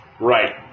Right